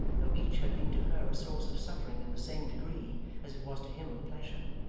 though each had been to her a source of suffering in the same degree as it was to him of pleasure.